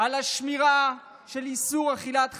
על השמירה של איסור אכילת חמץ,